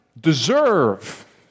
deserve